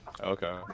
okay